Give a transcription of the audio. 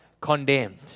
condemned